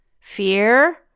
fear